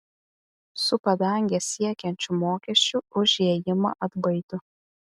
su padanges siekiančiu mokesčiu už įėjimą atbaido